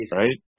right